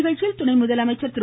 நிகழ்ச்சியில் துணை முதலமைச்சர் திரு